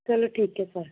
ਚਲੋ ਠੀਕ ਹੈ ਸਰ